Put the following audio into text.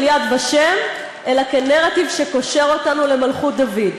"יד ושם" אלא כנרטיב שקושר אותנו למלכות דוד,